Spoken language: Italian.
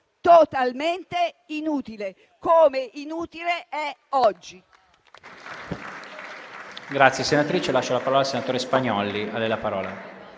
totalmente inutile, come lo è oggi.